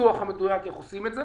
הניסוח המדויק איך עושים את זה.